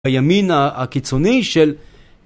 הימין הקיצוני של